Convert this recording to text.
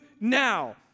now